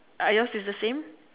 are yours is the same